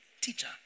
Teacher